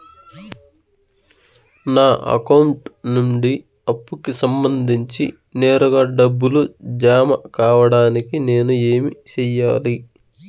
నా అకౌంట్ నుండి అప్పుకి సంబంధించి నేరుగా డబ్బులు జామ కావడానికి నేను ఏమి సెయ్యాలి?